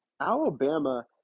Alabama